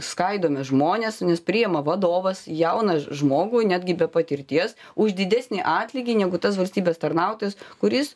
skaidome žmones nes priima vadovas jauną žmogų netgi be patirties už didesnį atlygį negu tas valstybės tarnautojas kuris